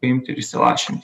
paimti ir įsilašinti